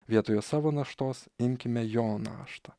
vietoje savo naštos imkime jo naštą